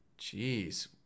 Jeez